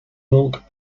milk